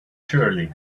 surely